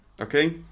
okay